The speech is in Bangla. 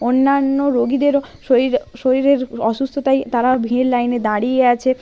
অন্যান্য রোগীদেরও শরীর শরীরের অসুস্থতায় তারা ভিড় লাইনে দাঁড়িয়ে আছে